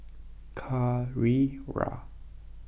Carrera